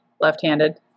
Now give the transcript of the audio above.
left-handed